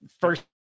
First